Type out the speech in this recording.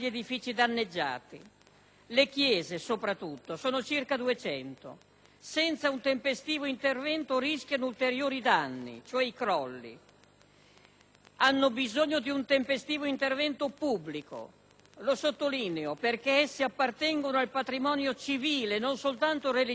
Le chiese, soprattutto, che sono circa 200, senza un tempestivo intervento rischiano ulteriori danni, quale il crollo, ed hanno quindi bisogno di un tempestivo intervento pubblico. Lo sottolineo perché esse appartengono al patrimonio civile e non soltanto religioso delle nostre comunità.